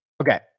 Okay